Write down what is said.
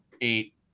eight